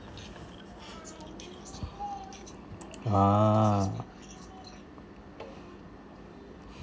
a'ah